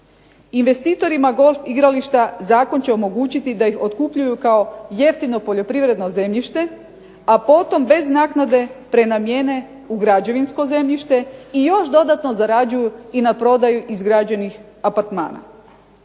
Investitorima golf igrališta zakon će omogućiti da ih otkupljuju kao jeftino poljoprivredno zemljište, a potom bez naknade prenamjene u građevinsko zemljište i još dodatno zarađuju i na prodaji izgrađenih apartmana.